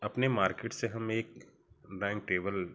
अपने मार्केट से हम एक डाइनिंग टेबल